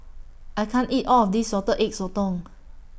I can't eat All of This Salted Egg Sotong